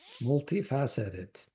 multifaceted